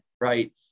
right